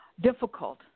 difficult